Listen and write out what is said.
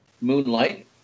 Moonlight